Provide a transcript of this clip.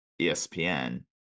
ESPN